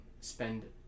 spend